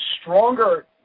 stronger